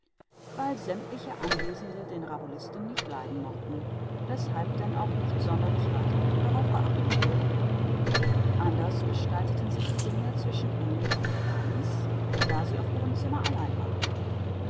weil sämmtliche anwesende den rabulisten nicht leiden mochten weßhalb denn auch nicht sonderlich weiter darauf geachtet wurde anders gestalteten sich die dinge zwischen emil und franz da sie auf ihrem zimmer allein waren